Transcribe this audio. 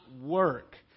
work